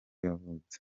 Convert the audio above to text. yavutse